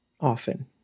often